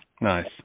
nice